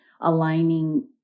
aligning